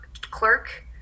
clerk